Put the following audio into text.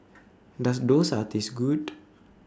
Does Dosa Taste Good